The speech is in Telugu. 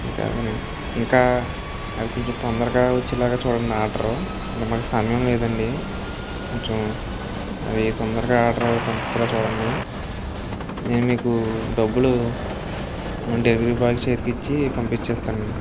ఇంకా అవేనండి ఇంకా అవి కొంచెం తొందరగా వచ్చేలాగా చూడండి ఆర్డర్ అంటే మాకు సమయం లేదండి కొంచెం అవి తొందరగా ఆర్డర్ పంపించేలా చూడండి నేను మీకు డబ్బులు మన డెలివరీ బాయ్ చేతికి ఇచ్చి పంపిచేస్తానండి